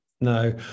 No